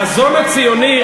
החזון הציוני,